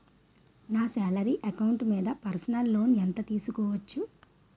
నా salary account మీద personal loan ఎంత తీసుకోవచ్చు?